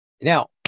Now